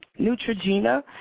Neutrogena